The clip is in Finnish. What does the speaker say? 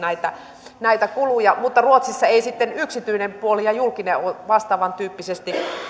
näitä kuluja mutta ruotsissa eivät sitten yksityinen ja julkinen puoli vastaavantyyppisesti ole